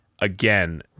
Again